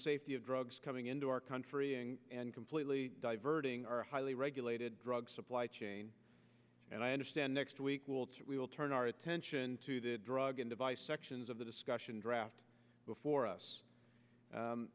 safety of drugs coming into our country and completely diverting our highly regulated drug supply chain and i understand next week will we will turn our attention to the drug and device sections of the discussion draft before us